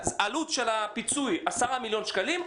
עלות הפיצוי היא 10 מיליון שקלים,